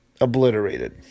obliterated